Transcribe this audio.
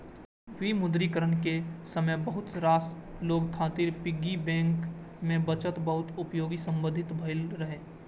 विमुद्रीकरण के समय बहुत रास लोग खातिर पिग्गी बैंक के बचत बहुत उपयोगी साबित भेल रहै